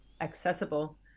accessible